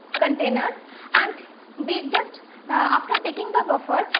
container and we just after taking the buffer,